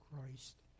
Christ